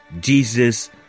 Jesus